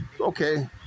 okay